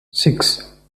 six